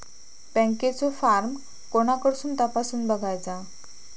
बँकेचो फार्म कोणाकडसून तपासूच बगायचा?